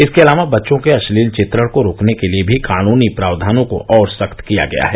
इसके अलावा बच्चों के अश्लील चित्रण को रोकने के लिए भी कानूनी प्रावधानों को और सख्त किया गया है